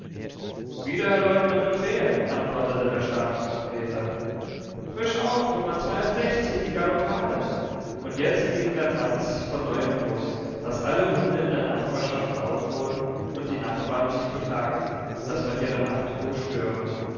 der herr leutnant befehlen antwortete der stabstrompeter frisch auf nr die galoppade und jetzt ging der tanz von neuem los daß alle hunde in der nachbarschaft laut wurden und die nachbarn sich beklagten daß man ihre nachtruhe störe